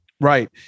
Right